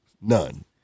None